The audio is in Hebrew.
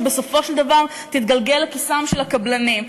שבסופו של דבר תתגלגל לכיסם של הקבלנים.